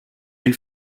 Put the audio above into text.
elle